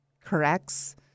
corrects